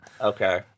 Okay